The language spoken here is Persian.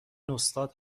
استاد